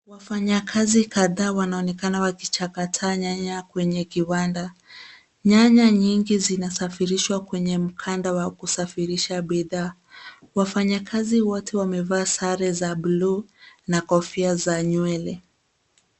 Wafanyikazi kadhaa wanaonekana wakichakata nyanya kwenye kiwanda. Nyanya nyingi zinasafirishwa kwenye mkanda wa kusafirisha bidhaa. Wafanyikazi wote wamevaa sare za buluu na kofia za nywele.